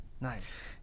Nice